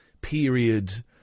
period